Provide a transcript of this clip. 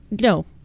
no